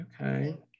okay